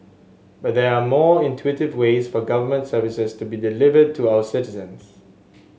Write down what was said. but they are more intuitive ways for government services to be delivered to our citizens